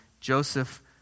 Joseph